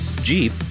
Jeep